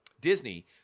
Disney